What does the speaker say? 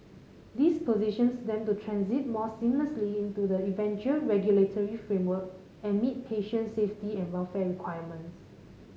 this positions them to transit more seamlessly into the eventual regulatory framework and meet patient safety and welfare requirements